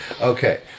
Okay